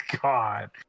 God